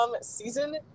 season